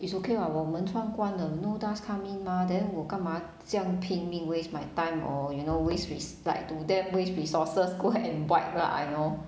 is okay what 我们窗关了 no dust come in mah then 我干嘛这样拼命 waste my time or you know waste res~ like to them waste resources go and wipe lah I know